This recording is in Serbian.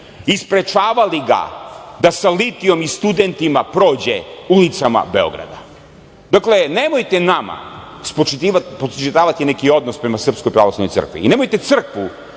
i sprečavali ga da sa litijom i studentima prođe ulicama Beograda. Dakle, nemojte nama spočitavati neki odnos prema Srpskoj pravoslavnoj crkvi. Nemojte crkvu